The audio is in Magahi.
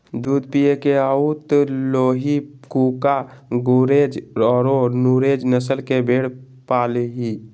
दूध पिये के हाउ त लोही, कूका, गुरेज औरो नुरेज नस्ल के भेड़ पालीहीं